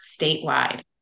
statewide